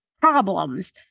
problems